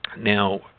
Now